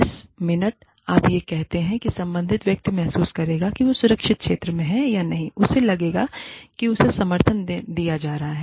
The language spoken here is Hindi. जिस मिनट आप यह कहते हैं कि संबंधित व्यक्ति महसूस करेगा कि वह सुरक्षित क्षेत्र में है या नहीं उसे लगेगा कि उसे समर्थन दिया जा रहा है